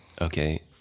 okay